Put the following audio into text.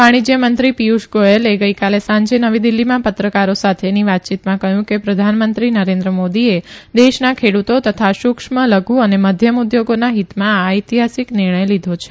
વાણિજય મંત્રી પીયુષ ગોયલે ગઇકાલે સાંજે નવી દિલ્હીમાં પત્રકારો સાથેની વાતચીતમાં કહયું કે પ્રધાનમંત્રી નરેન્દ્ર મોદીએ દેશના ખેડુતો તથા સુક્ષ્મ લધુ અને મધ્યમ ઉદ્યોગોના હિતમાં આ ઐતિહાસીક નિર્ણય લીધો છે